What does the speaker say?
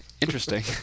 Interesting